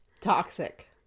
Toxic